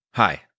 Hi